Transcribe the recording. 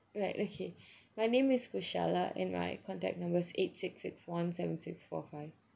right okay my name is kushala and my contact number's eight six six one seven six four five